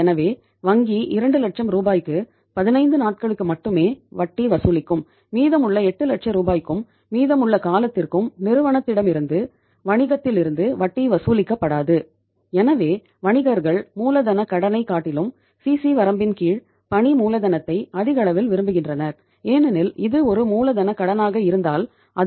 எனவே வங்கி 2 லட்சம் ரூபாய்க்கு 15 நாட்களுக்கு மட்டுமே வட்டி வசூலிக்கும் மீதமுள்ள 8 லட்சம் ரூபாய்க்கும் மீதமுள்ள காலத்திற்கும் நிறுவனத்திடமிருந்து வணிகத்திலிருந்து வட்டி வசூலிக்கப்படாது